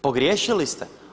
Pogriješili ste.